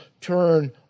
turn